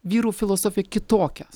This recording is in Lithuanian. vyrų filosofija kitokia